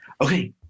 okay